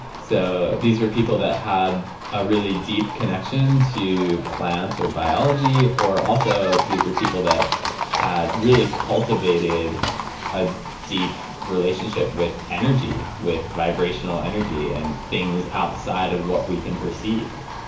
so these were people that had a really deep connection to plants or biology or also these were people that had really cultivated a deep relationship with energy, with vibrational energy and things outside of what we can perceive